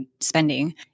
spending